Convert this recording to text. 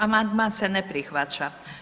Amandman se ne prihvaća.